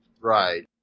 Right